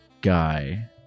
guy